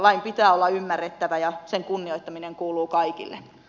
lain pitää olla ymmärrettävä ja sen kunnioittaminen kuuluu kaikille